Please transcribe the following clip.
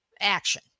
action